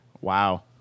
Wow